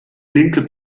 linke